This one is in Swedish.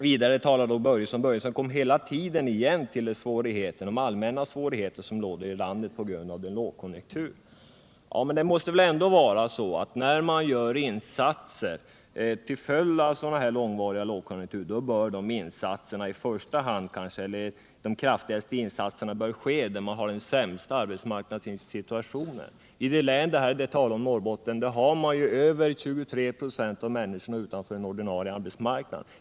Fritz Börjesson kom hela tiden tillbaka till de allmänna svårigheter som råder i landet på grund av lågkonjunkturen. Men det måste väl ändå vara så att när man gör insatser till följd av långvariga lågkonjunkturer, så bör de kraftigaste insatserna ske där man har den sämsta arbetsmarknadssituationen. I Norrbotten står ju över 23 26 av människorna utanför den ordinarie arbetsmarknaden.